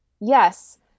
Yes